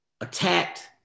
attacked